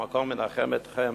המקום ינחם אתכם